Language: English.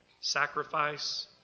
Sacrifice